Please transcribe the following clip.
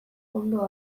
ondo